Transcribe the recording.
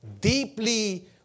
deeply